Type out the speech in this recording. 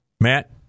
Matt